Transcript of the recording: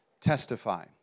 testify